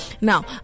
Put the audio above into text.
now